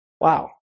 Wow